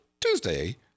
Tuesday